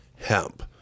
hemp